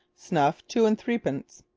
snuff two-and-threepence.